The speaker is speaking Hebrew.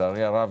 לצערי הרב,